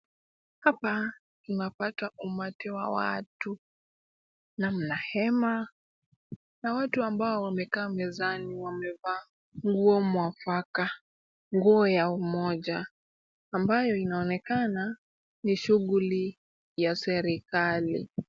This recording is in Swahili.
Hapa ninapata umati wa watu na mna hema na watu ambao wamekaa mezani wamevaa nguo mwafaka, nguo ya umoja ambayo inaonekana ni shughuli ya serikali.